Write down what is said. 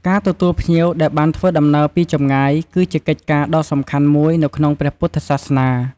ការទទួលភ្ញៀវដែលបានធ្វើដំណើរពីចម្ងាយ គឺជាកិច្ចការដ៏សំខាន់មួយនៅក្នុងព្រះពុទ្ធសាសនា។